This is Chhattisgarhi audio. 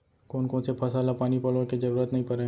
कोन कोन से फसल ला पानी पलोय के जरूरत नई परय?